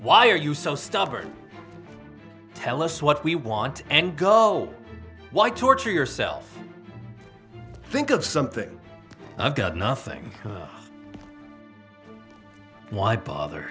why are you so stubborn tell us what we want and go why torture yourself think of something i've got nothing why bother